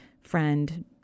friend